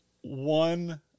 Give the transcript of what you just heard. one